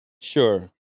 Sure